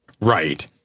Right